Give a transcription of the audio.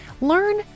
Learn